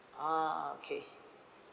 ah okay